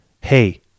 hey